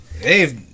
Hey